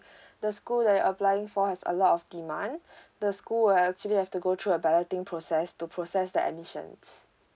the school that you're applying for has a lot of demand the school will actually have to go through a balloting process to process the admissions